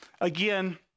again